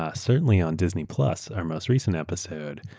ah certainly on disney plus, our most recent episode.